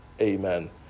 Amen